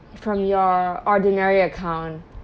from your ordinary account